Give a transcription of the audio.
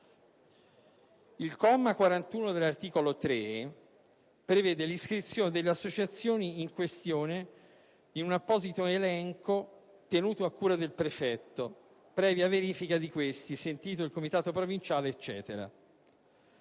Il comma 41 dell'articolo 3 prevede l'iscrizione delle associazioni in questione in un apposito elenco tenuto a cura del prefetto, previa verifica da parte dello stesso, sentito il comitato provinciale per